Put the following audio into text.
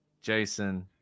Jason